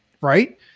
Right